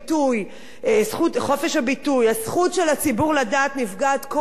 זכות הציבור לדעת נפגעת כל פעם מחדש.